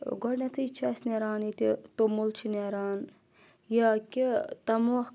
گۄٚڈ نِیَتھٕے چھُ اَسہِ نَیٛران ییٚتہِ توٚمُل چھِ نیران یا کہِ تَمُوکھ